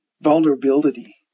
vulnerability